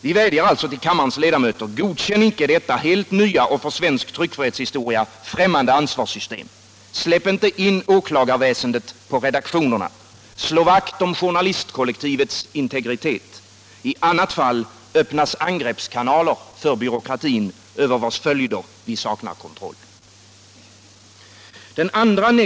Vi vädjar alltså till kammarens tledamöter: Godkänn inte detta helt nya och för svensk tryckfrihetshistoria fräömmande ansvarssystem! Släpp grundlagsändringar inte in åklagarväsendet på redaktionerna! Slå vakt om journalistkollektivets integritet! I annat fall öppnas angreppskanaler för byråkratin, över vilkas följder vi saknar kontroll.